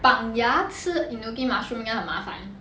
绑牙吃 enoki mushroom 要很麻烦